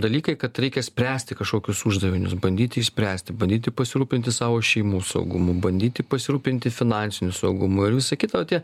dalykai kad reikia spręsti kažkokius uždavinius bandyti išspręsti bandyti pasirūpinti savo šeimų saugumu bandyti pasirūpinti finansiniu saugumu ir visa kita o tie